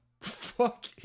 fuck